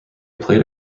played